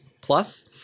Plus